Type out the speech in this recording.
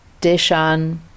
Deshan